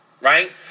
right